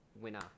winner